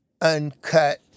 uncut